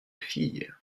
filles